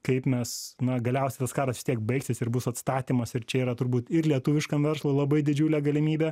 kaip mes na galiausiai tas karas vis tiek baigsis ir bus atstatymas ir čia yra turbūt ir lietuviškam verslui labai didžiulė galimybė